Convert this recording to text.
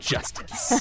Justice